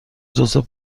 توسعه